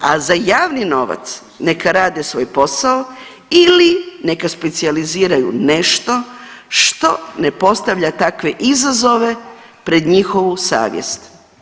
A za javni novac neka rade svoj posao ili neka specijaliziraju nešto što ne postavlja takve izazove pred njihovu savjest.